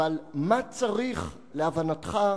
אבל מה צריך, להבנתך,